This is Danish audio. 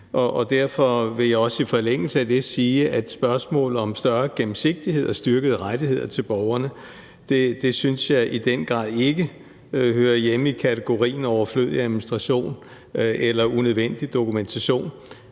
Derfor vil jeg også i forlængelse af det sige, at spørgsmålet om større gennemsigtighed og styrkede rettigheder til borgerne synes jeg i den grad ikke hører hjemme i kategorien overflødig administration eller unødvendig dokumentation.